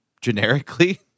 generically